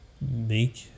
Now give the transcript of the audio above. make